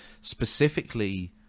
specifically